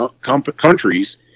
countries